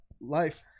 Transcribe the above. life